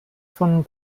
von